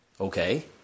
Okay